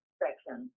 section